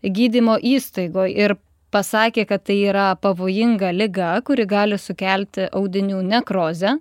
gydymo įstaigoj ir pasakė kad tai yra pavojinga liga kuri gali sukelti audinių nekrozę